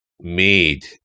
made